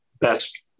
best